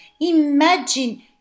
Imagine